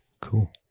Cool